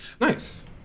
nice